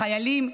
החיילים,